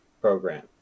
program